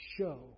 show